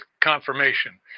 confirmation